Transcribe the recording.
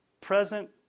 present